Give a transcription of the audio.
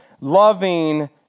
loving